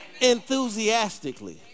enthusiastically